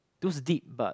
those deep but